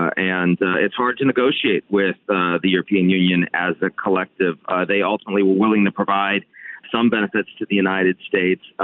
ah and it's hard to negotiate with the the european union as a collective. they ultimately were willing to provide some benefits to the united states,